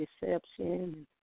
deception